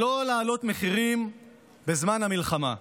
שלא להעלות מחירים בזמן המלחמה.